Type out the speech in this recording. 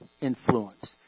influence